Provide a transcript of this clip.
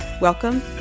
Welcome